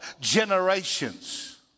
generations